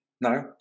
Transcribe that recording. No